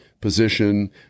position